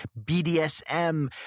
BDSM